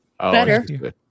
better